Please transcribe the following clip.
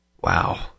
Wow